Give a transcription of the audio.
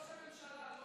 ראש הממשלה,